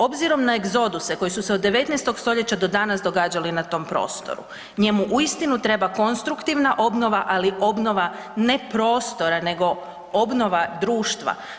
Obzirom na egzoduse koji su se od 19. st. do danas događali na tom prostoru, njemu uistinu treba konstruktivna obnova ali obnova ne prostora nego obnova društva.